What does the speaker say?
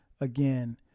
again